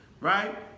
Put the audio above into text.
right